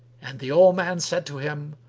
and the old man said to him,